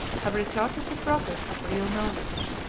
have retarded the progress of real knowledge.